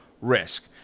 risk